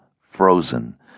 frozen